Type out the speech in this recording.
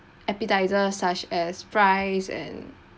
appetisers such as fries and